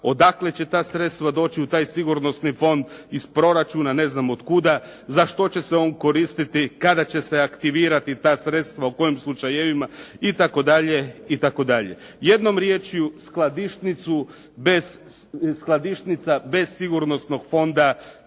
odakle će ta sredstva doći u taj sigurnosni fond? Iz proračuna, ne znam otkuda. Za što će se on koristiti, kada će se aktivirati ta sredstva, u kojim slučajevima? Itd. Jednom riječju skladišnica bez sigurnosnog fonda